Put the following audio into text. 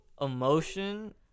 emotion